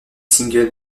single